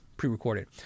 pre-recorded